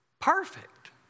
perfect